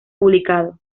publicado